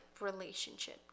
relationship